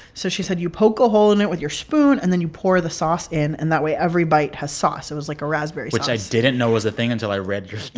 so she said, you poke a hole in it with your spoon. and then you pour the sauce in. and that way every bite has sauce. it was like a raspberry sauce. which i didn't know was a thing until i read your story.